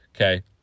okay